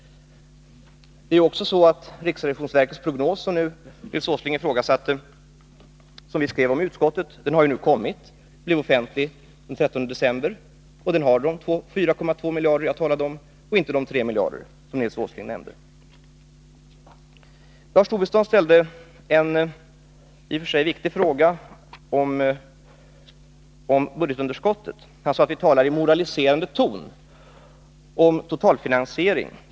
Riksrevisionsverkets prognos, som vi skrev om i utskottet och som Nils Åsling ifrågasatte här, har nu kommit. Den blev offentlig den 13 december. Där finns de 4,2 miljarder som jag talade om — inte de 3 miljarder som Nils Åsling nämnde. 5: Lars Tobisson ställde en i och för sig viktig fråga om budgetunderskottet. Han sade att vi talar i moraliserande ton om totalfinansiering.